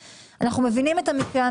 מתחילים עם הקובץ הראשון.